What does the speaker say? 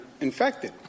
infected